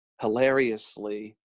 hilariously